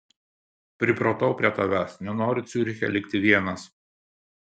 pripratau prie tavęs nenoriu ciuriche likti vienas